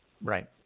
Right